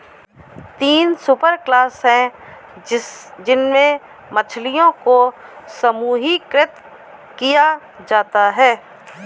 तीन सुपरक्लास है जिनमें मछलियों को समूहीकृत किया जाता है